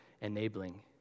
enabling